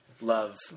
love